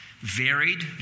varied